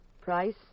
Price